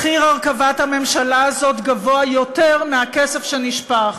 מחיר הרכבת הממשלה הזאת גבוה יותר מהכסף שנשפך: